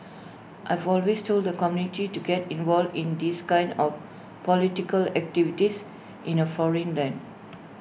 I've always told the community to get involved in these kinds of political activities in A foreign land